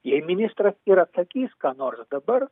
jei ministras ir atsakys ką nors dabar